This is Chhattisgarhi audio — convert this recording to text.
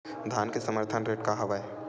धान के समर्थन रेट का हवाय?